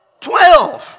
twelve